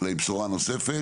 אלא עם בשורה נוספת,